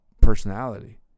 personality